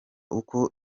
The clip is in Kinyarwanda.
uko